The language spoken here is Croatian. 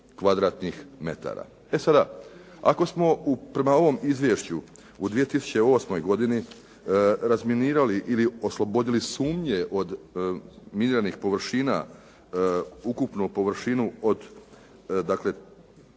E sada, ako smo prema ovom izvješću u 2008. godini razminirali ili oslobodili sumnje od miniranih površina ukupno površinu od dakle